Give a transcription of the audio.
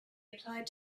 applied